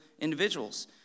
individuals